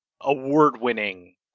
award-winning